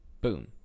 Boom